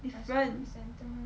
different